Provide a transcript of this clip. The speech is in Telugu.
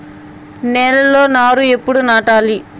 నేలలో నారు ఎప్పుడు నాటాలి?